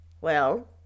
Well